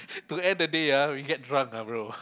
to the end of the day we get drunk ah bro